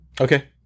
Okay